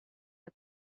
der